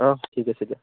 অহ ঠিক আছে দিয়ক